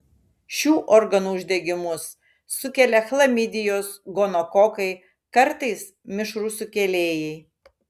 šių organų uždegimus sukelia chlamidijos gonokokai kartais mišrūs sukėlėjai